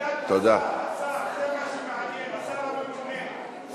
עמדת השר זה מה שמעניין, השר הממונה הוא שיקבע.